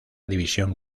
división